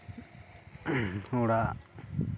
ᱚᱲᱟᱜ